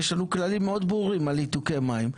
יש לנו כללים מאוד ברורים על ניתוקי מים,